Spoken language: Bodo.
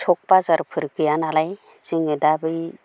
सख बाजारफोर गैया नालाय जोङो दा बै